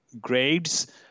grades